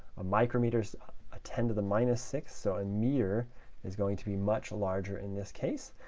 a micrometer is ah ten to the minus six, so a meter is going to be much larger in this case.